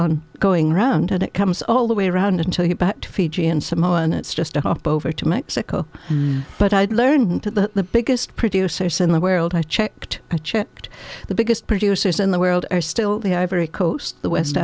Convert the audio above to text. on going round and it comes all the way around until you get back to fiji and samoa and it's just a hop over to mexico but i'd learned that the biggest producers in the world i checked i checked the biggest producers in the world are still the ivory coast the west